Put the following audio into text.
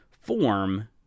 form